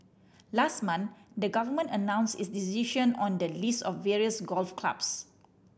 last month the Government announced its decision on the lease of various golf clubs